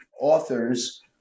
authors